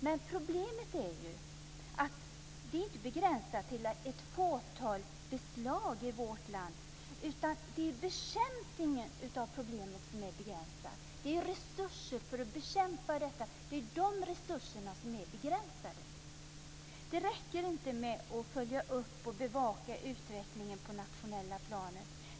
Men problemet är ju inte begränsat till ett fåtal beslag i vårt land, utan det är bekämpningen av problemet som är begränsad. Det är resurserna för att bekämpa det här som är begränsade. Det räcker inte med att följa upp och bevaka utvecklingen på det nationella planet.